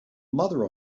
mother